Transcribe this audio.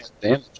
Damage